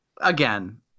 again